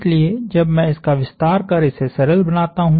इसलिए जब मैं इसका विस्तार कर इसे सरल बनाता हूं